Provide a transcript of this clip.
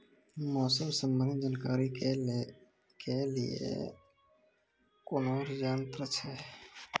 मौसम संबंधी जानकारी ले के लिए कोनोर यन्त्र छ?